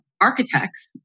architects